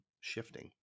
shifting